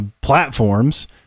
platforms